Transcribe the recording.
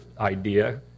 idea